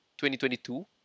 2022